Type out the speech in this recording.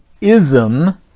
ism